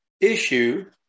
issue